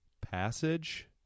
passage